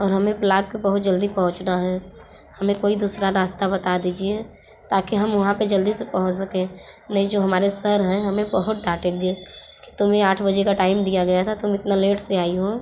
और हमें ब्लाक पर बहुत जल्दी पोहुंचना है हमें कोई दूसरा रास्ता बता दीजिए ताकि हम वहाँ पर जल्दी से पहुंच सके नहीं जो हमारे सर हैं हमें बहुत डांटेंगे कि तुम्हें आठ बजे का टाइम दिया गया था तुम इतना लेट से आई हो